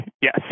Yes